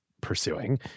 pursuing